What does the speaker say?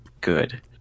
good